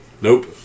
Nope